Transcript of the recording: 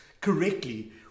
correctly